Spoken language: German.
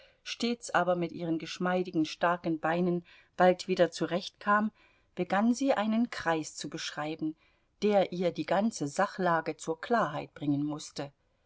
stets aber mit ihren geschmeidigen starken beinen bald wieder zurechtkam begann sie einen kreis zu beschreiben der ihr die ganze sachlage zur klarheit bringen mußte